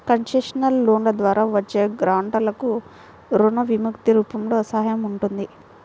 concessional లోన్ల ద్వారా వచ్చే గ్రాంట్లకు రుణ విముక్తి రూపంలో సహాయం ఉంటుంది